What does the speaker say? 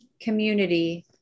community